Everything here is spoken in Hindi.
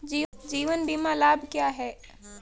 जीवन बीमा लाभ क्या हैं?